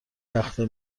تخته